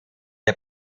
der